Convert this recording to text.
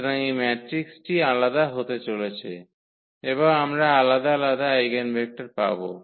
সুতরাং এই ম্যাট্রিক্সটি আলাদা হতে চলেছে এবং আমরা আলাদা আলাদা আইগেনভেক্টর পাব